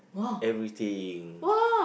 everything